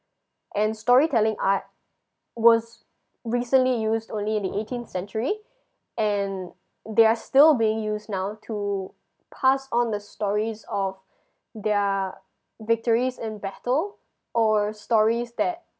and storytelling art was recently used only in the eighteenth century and they're still being use now to pass on the stories of their victories in battle or stories that